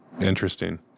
Interesting